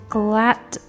glad